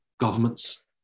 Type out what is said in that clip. Governments